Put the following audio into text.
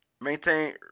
Maintain